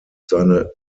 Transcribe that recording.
seine